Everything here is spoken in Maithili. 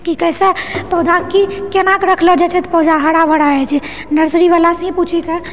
कि कैसे पौधाके केनाके रखलो जाइत छै कि पौधा हराभरा होइत छै नर्सरी बलासँ ही पुछिके